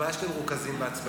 הבעיה היא שאתם מרוכזים בעצמכם.